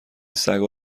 سگا